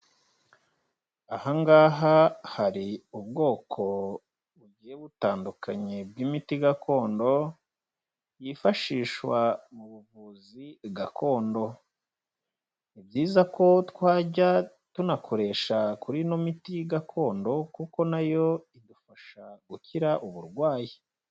Aha ngaha hari ubwoko bugiye butandukanye bw'imiti gakondo, yifashishwa mu buvuzi gakondo. Ni byiza ko twajya tunakoresha kuri ino miti gakondo kuko nayo idufasha gukira uburwayi.